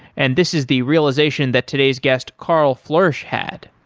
and this is the realization that today's guest, carl floersch, had.